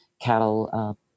cattle